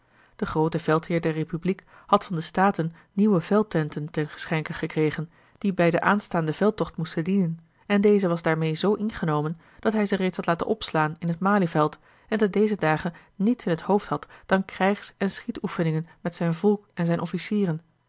de groote veldheer der republiek had van de staten nieuwe veldtenten ten geschenke gekregen die bij den aanstaanden veldtocht moesten dienen en deze was daarmeê zoo ingenomen dat hij ze reeds had laten opslaan in het malieveld en te deze dage niets in het hoofd had dan krijgs en schietoefeningen met zijn volk en zijne officieren